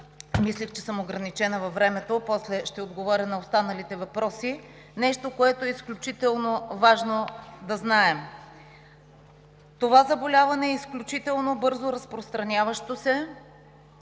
мислех, че съм ограничена във времето, после ще отговоря на останалите въпроси, нещо, което е изключително важно да знаем – това заболяване е изключително бързо разпространяващо се,